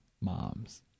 moms